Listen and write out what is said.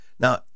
Now